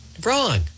Wrong